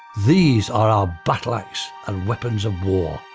these are our battle axe and weapons of war.